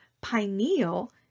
pineal